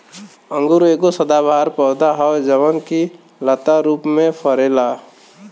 अंगूर एगो सदाबहार पौधा ह जवन की लता रूप में फरेला